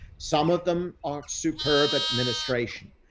some of them aren't superb administration.